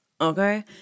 okay